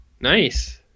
nice